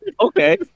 Okay